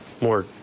more